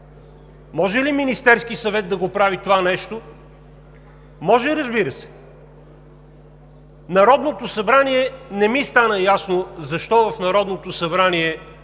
Може ли Министерският съвет да го прави това нещо? Може, разбира се. Не ми стана ясно защо в Народното събрание